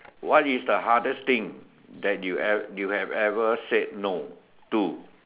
what is the hardest thing that you ever you have ever said no to